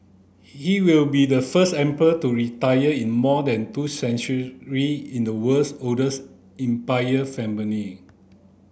he will be the first emperor to retire in more than two in the world's oldest imperial family